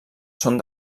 són